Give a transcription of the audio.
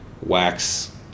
wax